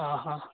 ହଁ ହଁ